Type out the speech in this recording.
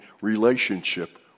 relationship